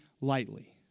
lightly